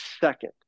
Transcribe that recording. second